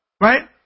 right